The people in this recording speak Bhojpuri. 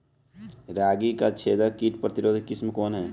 रागी क छेदक किट प्रतिरोधी किस्म कौन ह?